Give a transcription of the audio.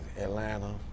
Atlanta